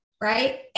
Right